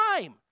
time